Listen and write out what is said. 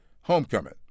Homecoming